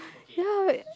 ya